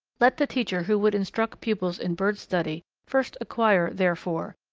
let the teacher who would instruct pupils in bird-study first acquire, therefore,